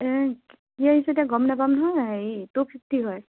কি আহিছে এয়া গম নাপাম নহয় এই টু ফিফটি হয়